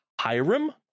Hiram